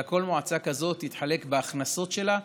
אלא כל מועצה כזאת תתחלק בהכנסות שלה.